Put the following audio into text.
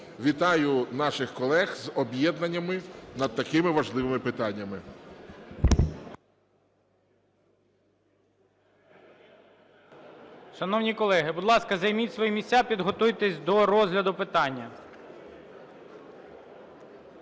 Вітаю наших колег з об'єднаннями над такими важливими питаннями.